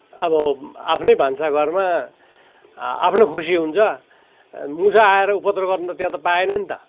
अब आफ्नै भान्साघरमा आफ्नो खुसी हुन्छ मुसा आएर उपद्रो गर्नु त त्यहाँ त पाएन नि त